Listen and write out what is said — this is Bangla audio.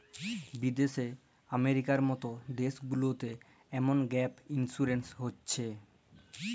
বিদ্যাশে আমেরিকার মত দ্যাশ গুলাতে এমল গ্যাপ ইলসুরেলস হছে